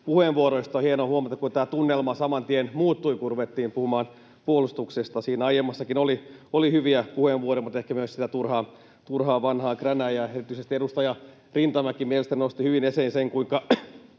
puheenvuoroista. On hienoa huomata, kuinka tämä tunnelma saman tien muuttui, kun ruvettiin puhumaan puolustuksesta. Siinä aiemmassakin oli hyviä puheenvuoroja mutta ehkä myös sitä turhaa vanhaa kränää, ja erityisesti edustaja Rintamäki mielestäni nosti hyvin esiin sen,